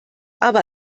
aber